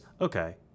okay